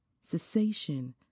cessation